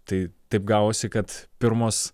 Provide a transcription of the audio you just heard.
tai taip gavosi kad pirmos